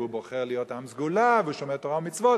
והוא בוחר להיות עם סגולה והוא שומר תורה ומצוות,